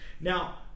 Now